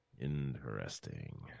Interesting